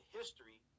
history